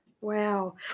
wow